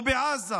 בעזה